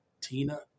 Tina